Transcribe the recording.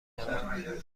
شود